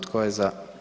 Tko je za?